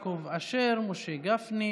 ומשפט.